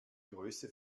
größe